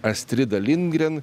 astrida lingren